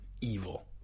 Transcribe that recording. evil